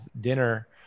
dinner